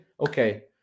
Okay